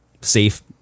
safe